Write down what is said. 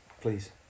please